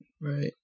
Right